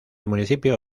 municipio